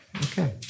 Okay